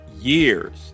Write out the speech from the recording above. years